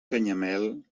canyamel